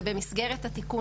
זה במסגרת התיקון,